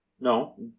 No